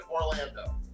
Orlando